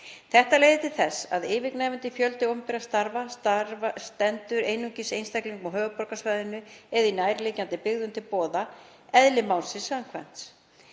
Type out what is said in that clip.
Þetta leiðir til þess að yfirgnæfandi fjöldi opinberra starfa stendur einungis einstaklingum á höfuðborgarsvæðinu eða í nærliggjandi byggðum til boða, eðli málsins samkvæmt.